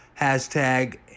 hashtag